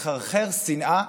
לחרחר שנאה